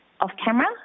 off-camera